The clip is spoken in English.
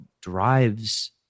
drives